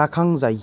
রাখাং যাই